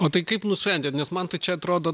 o tai kaip nusprendėt nes man tai čia atrodo